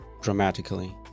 dramatically